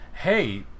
hey